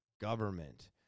government